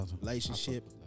Relationship